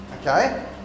okay